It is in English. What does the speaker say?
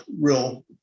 real